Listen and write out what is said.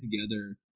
together